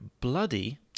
bloody